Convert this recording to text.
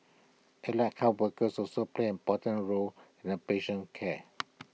allied health workers also play an important role in A patient care